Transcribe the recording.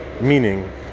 meaning